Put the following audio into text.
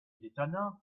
d’étonnant